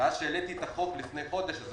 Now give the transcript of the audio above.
ואז כשהעליתי את הצעת החוק לפני חודש הם